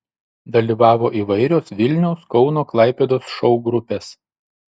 dalyvavo įvairios vilniaus kauno klaipėdos šou grupės